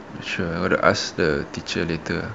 sure I would ask the teacher later